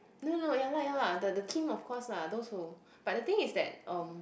no no ya lah ya lah the the team of course lah those who but the thing is that um